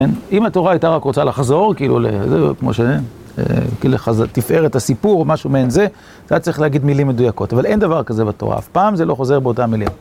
כן? אם התורה הייתה רק רוצה לחזור, כאילו, ל... זה... כמו שזה... כאילו, לחז... תפארת את הסיפור, משהו מהן זה... היה צריך להגיד מילים מדויקות. אבל אין דבר כזה בתורה. אף פעם זה לא חוזר באותן מילים.